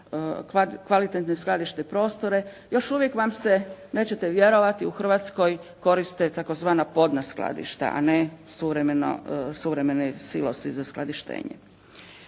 kvalitetne skladišne prostore. Još uvijek vam se, nećete vjerovati u Hrvatskoj koriste tzv. podna skladišta, a ne suvremeni silosi za skladištenje.